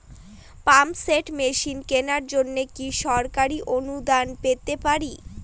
Pump set machine কেনার জন্য কি সরকারি অনুদান পেতে পারি?